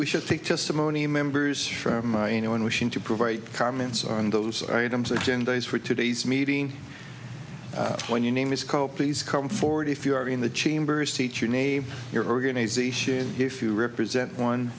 we should take testimony members from my anyone wishing to provide comments on those items or ten days for today's meeting when your name is co pays come forward if you are in the chambers teach your name your organization if you represent one